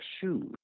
shoes